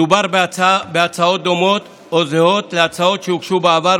מדובר בהצעות דומות או זהות להצעות שהוגשו בעבר,